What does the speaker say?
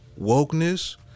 wokeness